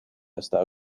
está